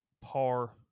par